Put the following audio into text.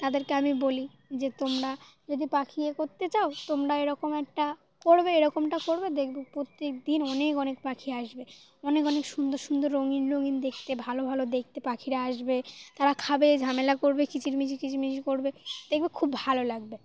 তাদেরকে আমি বলি যে তোমরা যদি পাখি এ করতে চাও তোমরা এরকম একটা করবে এরকমটা করবে দেখবে প্রত্যেকদিন অনেক অনেক পাখি আসবে অনেক অনেক সুন্দর সুন্দর রঙিন রঙিন দেখতে ভালো ভালো দেখতে পাখিরা আসবে তারা খাবে ঝামেলা করবে কিচিরমিচির কিচিরমিচি করবে দেখবে খুব ভালো লাগবে